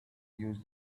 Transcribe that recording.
use